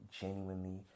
genuinely